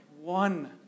one